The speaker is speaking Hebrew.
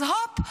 אז הופ,